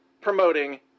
promoting